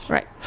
Right